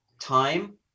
time